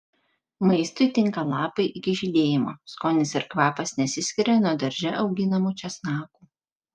maistui tinka lapai iki žydėjimo skonis ir kvapas nesiskiria nuo darže auginamų česnakų